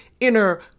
inner